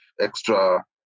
extra